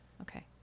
Okay